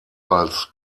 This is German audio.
als